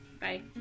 bye